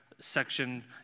section